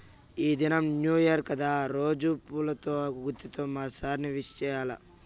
ఈ దినం new year కదా రోజా పూల గుత్తితో మా సార్ ని విష్ చెయ్యాల్ల